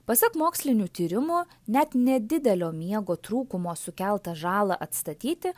pasak mokslinių tyrimų net nedidelio miego trūkumo sukeltą žalą atstatyti